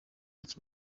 iki